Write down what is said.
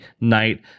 night